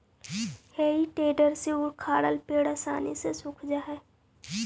हेइ टेडर से उखाड़ल पेड़ आसानी से सूख जा हई